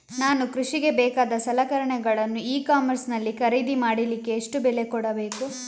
ನಾನು ಕೃಷಿಗೆ ಬೇಕಾದ ಸಲಕರಣೆಗಳನ್ನು ಇ ಕಾಮರ್ಸ್ ನಲ್ಲಿ ಖರೀದಿ ಮಾಡಲಿಕ್ಕೆ ಎಷ್ಟು ಬೆಲೆ ಕೊಡಬೇಕು?